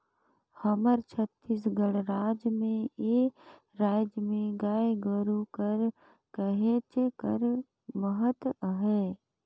हमर छत्तीसगढ़ राज में ए राएज में गाय गरू कर कहेच कर महत अहे